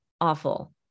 awful